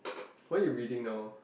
what are you reading now